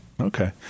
Okay